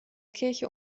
kirche